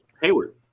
Hayward